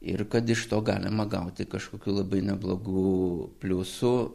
ir kad iš to galima gauti kažkokių labai neblogų pliusų